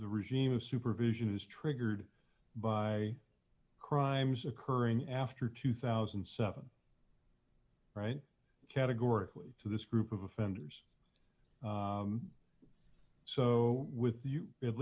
the regime of supervision is triggered by crimes occurring after two thousand and seven right categorically to this group of offenders so with you at